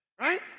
Right